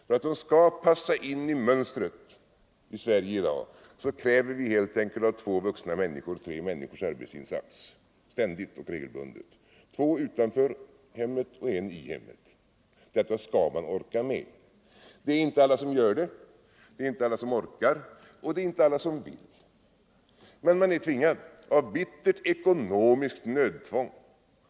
För att de skall passa in i mönstret i Sverige i dag kräver vi helt enkelt ständigt och regelbundet av två vuxna människor tre människors arbetsinsatser, två utanför hemmet och en i hemmet. Detta skall man orka med. Alla gör det inte. Alla orkar inte. Och det är inte heller alla som vill. Men man är tvingad av bittert ekonomiskt nödtvång.